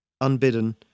Unbidden